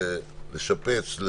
לשפץ,